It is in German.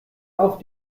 auf